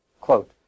Quote